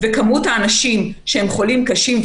וכמות האנשים שהם חולים קשים,